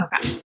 Okay